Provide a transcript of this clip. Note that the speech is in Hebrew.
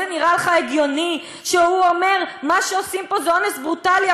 זה נראה לך הגיוני שהוא אומר: מה שעושים פה זה אונס ברוטלי?